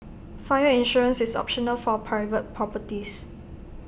fire insurance is optional for private properties